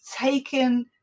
taken